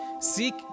seek